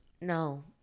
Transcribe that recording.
no